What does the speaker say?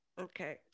Okay